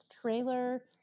trailer